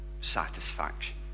satisfaction